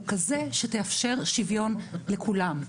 היא כזו שתאפשר שוויון לכולם.